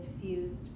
infused